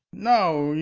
no,